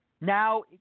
Now